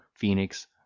Phoenix